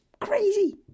crazy